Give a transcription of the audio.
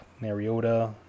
Mariota